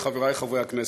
חברי חברי הכנסת,